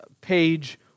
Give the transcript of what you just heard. page